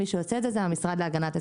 מי שעושה את זה הוא המשרד להגנת הסביבה.